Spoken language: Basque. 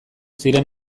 ziren